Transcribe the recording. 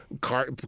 car